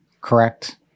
Correct